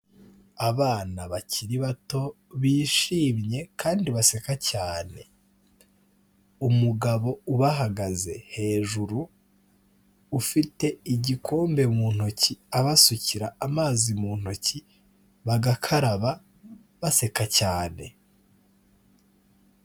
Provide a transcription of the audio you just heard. Abana bakiri bato bishimye kandi baseka cyane, umugabo ubahagaze hejuru ufite igikombe mu ntoki abasukira amazi mu ntoki bagakaraba, baseka cyane.